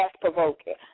provoking